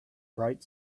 bright